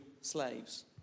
slaves